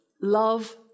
love